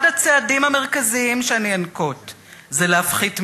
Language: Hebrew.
אחד הצעדים המרכזיים שאני אנקוט זה להפחית מסים.